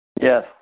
Yes